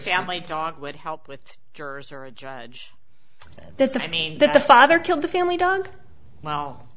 family dog would help with jurors or a judge that to me the father killed the family dog well